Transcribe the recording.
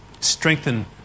Strengthen